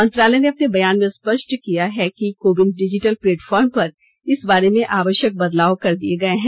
मंत्रालय ने अपने बयान में स्पष्ट किया है कि कोविन डिजिटल प्लेटफॉर्म पर इस बारे में आवश्यक बदलाव कर दिए गए हैं